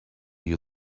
you